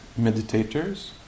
meditators